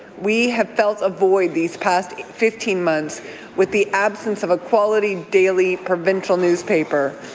we have felt a void these past fifteen months with the absence of a quality daily provincial newspaper.